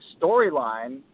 storyline